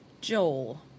Joel